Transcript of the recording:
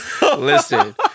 listen